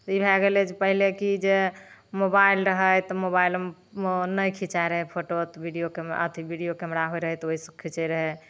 तऽ इएह भेलै जे पहिले कि जे मोबाइल रहए तऽ मोबाइलमे नहि खीचाए रहए फोटो बिडीयो बिडीयो कैमरा होय रहए तऽ ओहि से खीचैत रहए